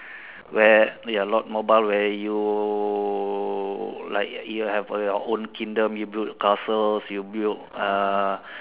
where ya Lord mobile where you like you have your own kingdom you build castles you build uh